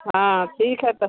हाँ ठीक है तो